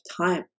time